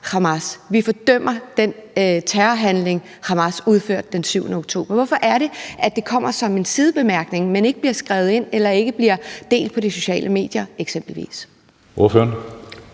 Hamas og fordømmer den terrorhandling, Hamas udførte den 7. oktober? Hvorfor er det, at det kommer som en sidebemærkning, men ikke bliver skrevet ind eller ikke bliver delt på de sociale medier eksempelvis? Kl.